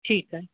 ठीकु आहे